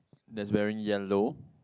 that's wearing yellow